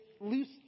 loose